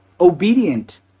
obedient